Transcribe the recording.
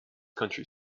country